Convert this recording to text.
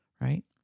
Right